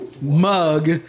mug